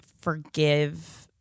forgive